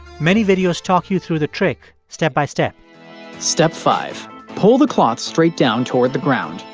many videos talk you through the trick, step by step step five pull the cloth straight down toward the ground.